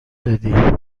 دادی